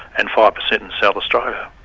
and five percent in south australia.